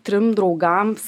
trim draugams